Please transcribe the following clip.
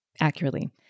accurately